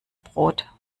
brot